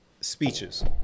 speeches